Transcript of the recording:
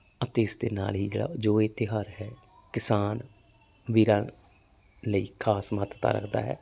ਅਤੇ ਇਸ ਦੇ ਨਾਲ ਹੀ ਜੋ ਇਹ ਤਿਹਾਰ ਹੈ ਕਿਸਾਨ ਵੀਰਾਂ ਲਈ ਖਾਸ ਮਹੱਤਤਾ ਰੱਖਦਾ ਹੈ